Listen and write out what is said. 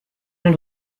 und